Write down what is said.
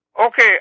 Okay